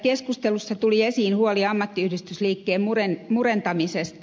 keskustelussa tuli esiin huoli ammattiyhdistysliikkeen murentamisesta